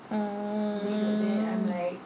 mm